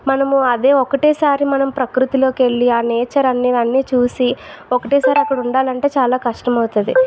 మనము అదే ఒక్కటే సారి మనం ప్రకృతి లోకి వెళ్ళి ఆ నేచర్ అన్ని అన్ని చూసి ఒక్కటే సారి అక్కడ ఉండాలంటే చాలా కష్టం అవుతుంది